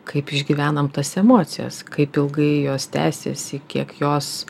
kaip išgyvenam tas emocijas kaip ilgai jos tęsiasi kiek jos